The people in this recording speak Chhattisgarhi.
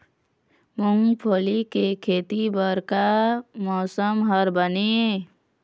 मूंगफली के खेती बर का मौसम हर बने ये?